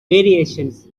variations